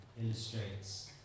illustrates